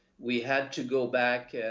we had to go back,